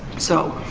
so,